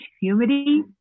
humidity